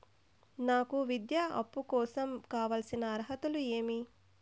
నాకు విద్యా అప్పు కోసం కావాల్సిన అర్హతలు ఏమి?